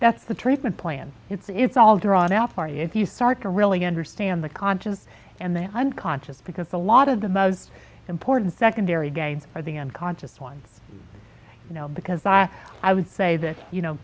that's the treatment plan it's the it's all drawn out for you if you start to really understand the conscious and the unconscious because a lot of the most important secondary gain are the unconscious ones now because i i would say that you know